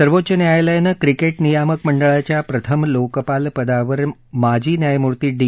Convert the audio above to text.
सर्वोच्च न्यायालयानं क्रिकेट नियामक मंडळाच्या प्रथम लोकपाल पदावर माजी न्यायमूर्ती डी